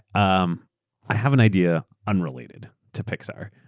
um i have an idea unrelated to pixar.